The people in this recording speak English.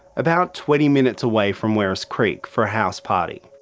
about twenty minutes away from werris creek, for a house party.